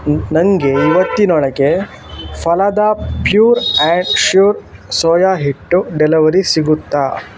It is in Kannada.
ನನಗೆ ಈವತ್ತಿನೊಳಗೆ Phalada pure and sure soya ಹಿಟ್ಟು ಡೆಲಿವರಿ ಸಿಗುತ್ತಾ